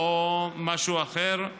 או משהו אחר.